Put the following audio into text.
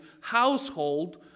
household